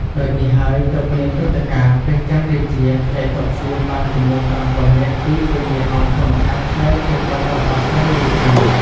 ដូចនេះហើយ ទើបមានព្រឹត្តិការណ៍ ព្រះចន្ទរាជា ខ្ចីទ័ពសៀមបានចំនួន ៥០០០នាក់ ពីពញ្ញាអង្គធម្មខាត់ ដែលជាបុត្ររបស់ ស្រីរាជា។